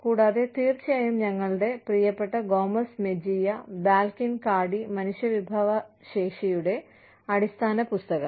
കൂടാതെ തീർച്ചയായും ഞങ്ങളുടെ പ്രിയപ്പെട്ട ഗോമസ് മെജിയ ബാൽകിൻ കാർഡി മനുഷ്യവിഭവശേഷിയുടെ അടിസ്ഥാന പുസ്തകം